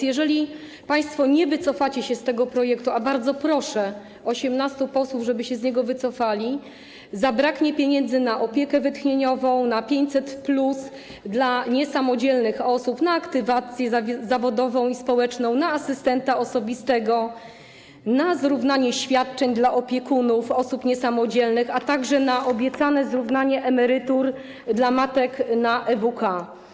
Jeżeli państwo nie wycofacie się z tego projektu, a bardzo proszę 18 posłów, żeby się z niego wycofali, zabraknie pieniędzy na opiekę wytchnieniową, na 500+ dla niesamodzielnych osób, na aktywację zawodową i społeczną, na asystenta osobistego, na zrównanie świadczeń dla opiekunów osób niesamodzielnych, a także na obiecane zrównanie emerytur dla matek, na EWK.